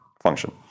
function